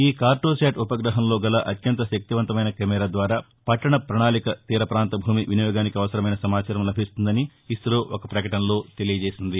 ఈ కార్లోశాట్ ఉపగ్రహంలోగల అత్యంత శక్తిపంతమైన కెమెరా ద్వారా పట్టణ ప్రణాళిక తీర్చపాంత భూమి వినియోగానికి అవసరమైన సమాచారం లభిస్తుందని ఇస్టో ఒక ప్రకటనలో తెలియజేసింది